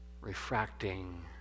refracting